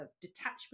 detachment